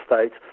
States